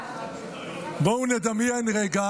בואו נדמיין רגע